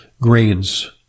grains